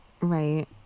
Right